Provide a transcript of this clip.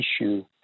issue